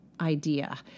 idea